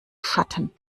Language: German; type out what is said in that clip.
schatten